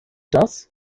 das